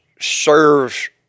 serves